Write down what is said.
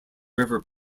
river